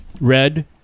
red